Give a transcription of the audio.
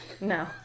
no